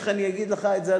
איך אני אגיד לך את זה,